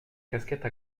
casquette